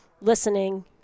listening